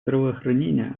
здравоохранения